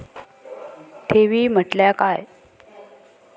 ठेवी म्हटल्या काय?